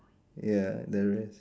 ya there is